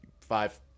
five